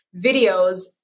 videos